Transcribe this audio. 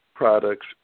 Products